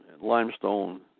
limestone